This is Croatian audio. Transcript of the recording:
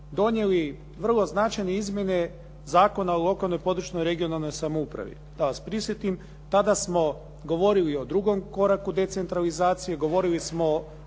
donijeli vrlo značajne izmjene Zakona o lokalnoj i područnoj (regionalnoj) samoupravi. Da vas prisjetim, tada smo govorili o drugom koraku decentralizacije, govorili smo o